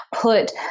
put